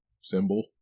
symbol